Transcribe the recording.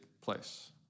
place